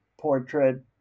portrait